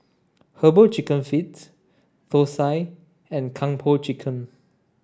herbal chicken feets Thosai and Kung Po Chicken